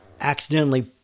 accidentally